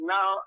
Now